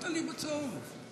היושב-ראש,